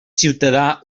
ciutadà